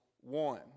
one